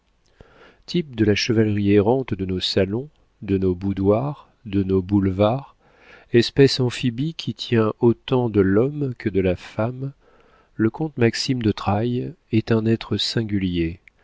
type de la chevalerie errante de nos salons de nos boudoirs de nos boulevards espèce amphibie qui tient autant de l'homme que de la femme le comte maxime de trailles est un être singulier